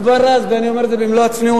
השר עוזי לנדאו.